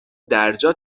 درجا